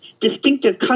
distinctive